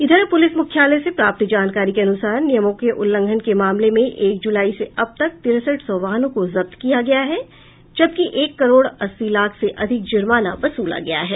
इधर पुलिस मुख्यालय से प्राप्त जानकारी के अनुसार नियमों के उल्लंघन के मामले में एक जुलाई से अब तक तिरेसठ सौ वाहनों को जब्त किया गया है जबकि एक करोड़ अस्सी लाख से अधिक जुर्माना वसूला गया है